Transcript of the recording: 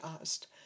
asked